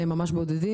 ממש בודדים,